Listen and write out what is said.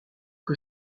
que